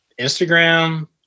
Instagram